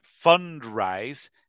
fundraise